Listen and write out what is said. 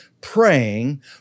praying